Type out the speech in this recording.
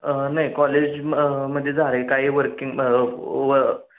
नाही कॉलेज म्हणजे झाले काही वर्किंग व